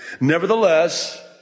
Nevertheless